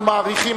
אנחנו מעריכים,